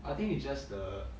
I think it's just the